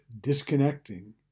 disconnecting